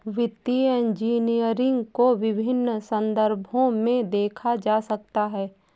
वित्तीय इंजीनियरिंग को विभिन्न संदर्भों में देखा जा सकता है